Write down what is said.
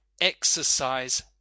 exercise